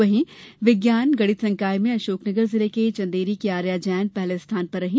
वहीं विज्ञान गणित संकाय में अशोकनगर जिले के चंदेरी की आर्या जैन पहले स्थान पर रहीं